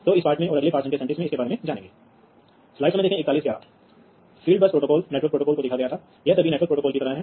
दूसरी ओर यदि आपके पास एक नेटवर्क है तो आप वास्तव में संयंत्र की परिधि के साथ एक नेटवर्क चला रहे हैं